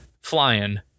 flying